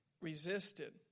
resisted